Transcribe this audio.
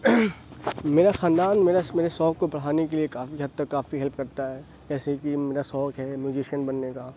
میرا خاندان میرا میرے شوق کو بڑھانے کے لیے کافی حد تک کافی ہیلپ کرتا ہے جیسے کہ میرا شوق ہے میوزیشین بننے کا